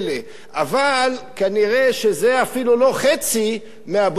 אבל כנראה זה אפילו לא חצי מהבור שנפער.